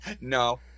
No